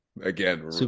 Again